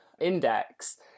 index